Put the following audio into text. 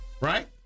Right